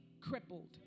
crippled